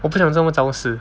我不想这么早死